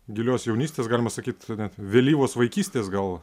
gilios jaunystės galima sakyt net vėlyvos vaikystės gal